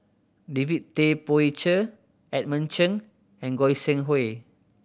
David Tay Poey Cher Edmund Cheng and Goi Seng Hui